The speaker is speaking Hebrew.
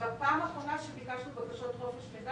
בפעם האחרונה שביקשנו בקשות חופש מידע